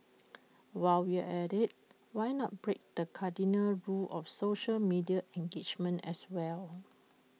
while we are at IT why not break the cardinal rule of social media engagement as well